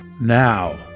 Now